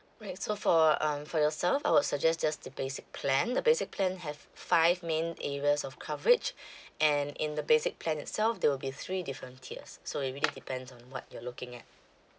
right so for um for yourself I would suggest just the basic plan the basic plan have five main areas of coverage and in the basic plan itself there will be three different tiers so it really depends on what you're looking at